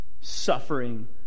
Suffering